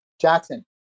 Jackson